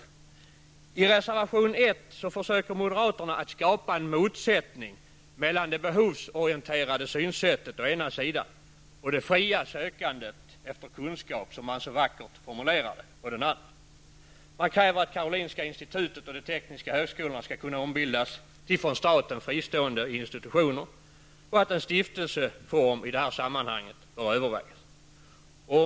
I reservation 1 försöker moderaterna skapa en motsättning mellan det behovsorienterade synsättet å ena sidan och det fria sökandet efter kunskap, som man så vackert formulerar det, å andra sidan. Man kräver att Karolinska Institutet och de tekniska högskolorna skall kunna ombildas till från staten fristående institutioner och att en stiftelseform bör övervägas i sammanhanget.